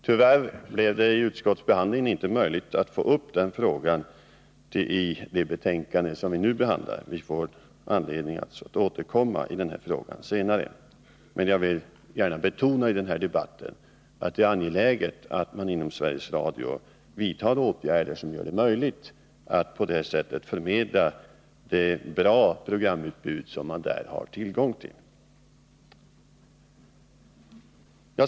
Tyvärr blev det i utskottsbehandlingen inte möjligt att få upp den frågan i det betänkande som nu behandlas i kammaren. Vi får alltså anledning att återkomma i denna fråga senare. Men jag vill gärna i denna debatt betona att det är angeläget att man inom Sveriges Radio vidtar åtgärder som gör det möjligt att på videokassetter förmedla det bra programutbud som man där har tillgång till.